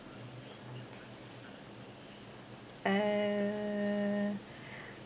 err